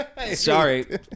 sorry